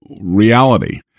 reality